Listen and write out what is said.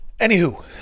Anywho